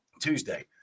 Tuesday